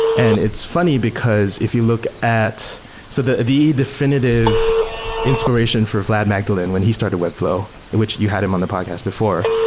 and it's funny, because if you look at so the the definitive inspiration for vlad magdalin when he started webflow, which you had him on the podcast before,